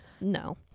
No